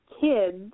kids